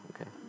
Okay